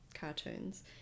cartoons